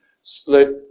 split